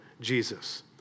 Jesus